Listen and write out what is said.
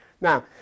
Now